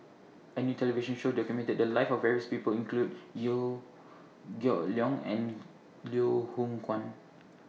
A New television Show documented The Lives of various People include Geok Leong and Liew Hoong Kwan